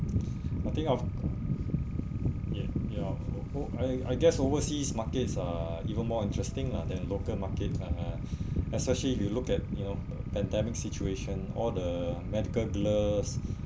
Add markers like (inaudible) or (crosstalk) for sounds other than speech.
I think of ya ya oh I I guess overseas markets are even more interesting lah than local market uh (breath) especially if you look at you know pandemic situation all the medical gloves